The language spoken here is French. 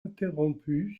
interrompue